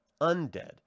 undead